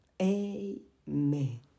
Amen